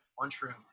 lunchroom